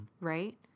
right